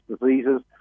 diseases